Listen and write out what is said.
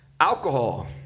alcohol